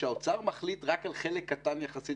שהאוצר מחליט רק על חלק קטן מהתקציב.